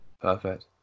Perfect